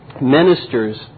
ministers